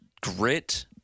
grit